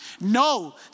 No